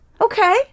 Okay